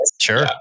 Sure